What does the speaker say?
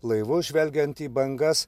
laivus žvelgianti į bangas